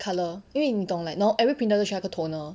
colour 因为你懂 like every printer 都需要一个 toner